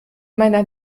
meiner